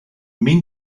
mean